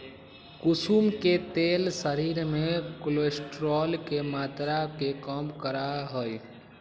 कुसुम के तेल शरीर में कोलेस्ट्रोल के मात्रा के कम करा हई